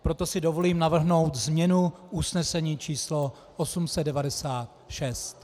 Proto si dovolím navrhnout změnu usnesení číslo 896.